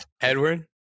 Edward